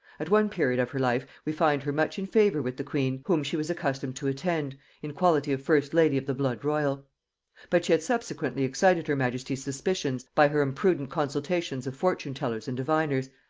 at one period of her life we find her much in favor with the queen, whom she was accustomed to attend in quality of first lady of the blood-royal but she had subsequently excited her majesty's suspicions by her imprudent consultations of fortune-tellers and diviners,